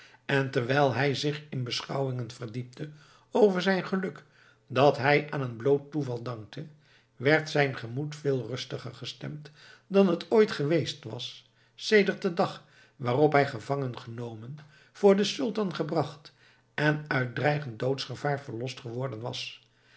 en terwijl hij zich in beschouwingen verdiepte over zijn geluk dat hij aan een bloot toeval dankte werd zijn gemoed veel rustiger gestemd dan het ooit geweest was sedert den dag waarop hij gevangen genomen voor den sultan gebracht en uit dreigend doodsgevaar verlost geworden was